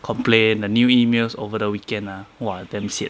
complain the new emails over the weekend ah !wah! damn sian